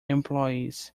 employees